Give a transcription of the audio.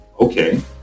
okay